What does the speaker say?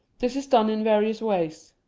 this is done in various ways.